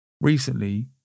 Recently